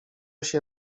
się